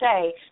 say